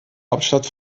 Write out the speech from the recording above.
hauptstadt